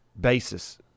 basis